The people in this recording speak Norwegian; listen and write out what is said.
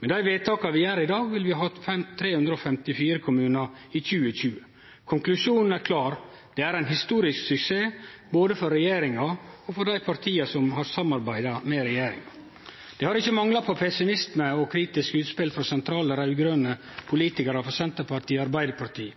Med dei vedtaka vi gjer i dag, vil vi ha 354 kommunar i 2020. Konklusjonen er klar. Dette er ein historisk suksess både for regjeringa og for dei partia som har samarbeidd med regjeringa. Det har ikkje mangla på pessimistiske og kritiske utspel frå sentrale raud-grøne politikarar frå Senterpartiet og Arbeidarpartiet.